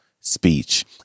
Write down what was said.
Speech